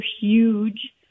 huge